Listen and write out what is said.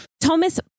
Thomas